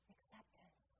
Acceptance